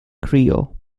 crio